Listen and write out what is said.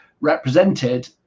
represented